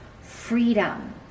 freedom